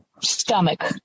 stomach